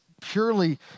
purely